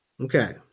Okay